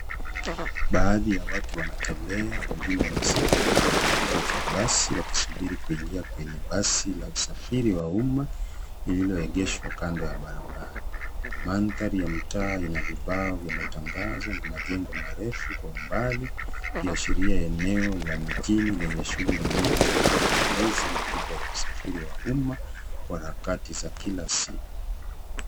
Baadhi ya watu wanatembea wengine wamesimama kwenye kituo cha basi wakisubiri kuingia kwenye basi ya la usafiri wauma. Liloegeshwa kando ya barabara. Mandhari ya mtaa ina vibao vya matangazo na majengo marefu kwa umbali. Kiashiria eneo la mijini lenye shughuli nyingi za utegemenzi mkubwa wa usafiri wauma, kwa rakati za kila siku.